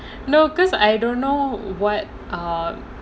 no because I don't know [what] err